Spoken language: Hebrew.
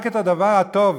רק את הדבר הטוב,